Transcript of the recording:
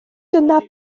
dyna